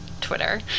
Twitter